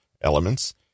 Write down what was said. elements